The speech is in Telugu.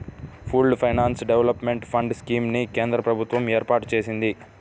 pooled finance development fund scheme ని కేంద్ర ప్రభుత్వం ఏర్పాటు చేసింది